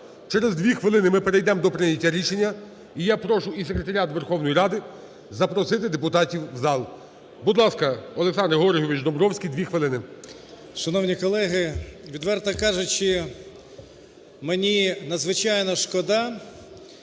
через 2 хвилини ми перейдемо до прийняття рішення. І я прошу і Секретаріат Верховної Ради запросити депутатів у зал. Будь ласка, Олександр Георгійович Домбровський, 2 хвилини. 13:12:45 ДОМБРОВСЬКИЙ О.Г. Шановні колеги, відверто кажучи, мені надзвичайно шкода,